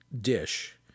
Dish